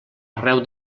arreu